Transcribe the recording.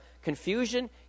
Confusion